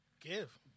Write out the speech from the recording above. give